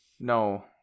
no